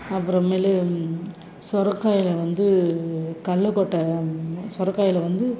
அப்பறமேலு சொரக்காயில் வந்து கல்லக்கொட்ட சொரக்காயில் வந்து